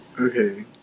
Okay